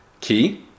key